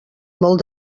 molt